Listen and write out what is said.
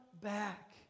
back